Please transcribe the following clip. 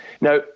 Now